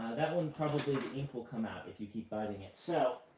that one probably the ink will come out if you keep biting it. so